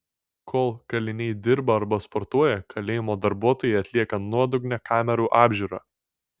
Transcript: kol kaliniai dirba arba sportuoja kalėjimo darbuotojai atlieka nuodugnią kamerų apžiūrą